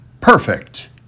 Perfect